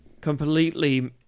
completely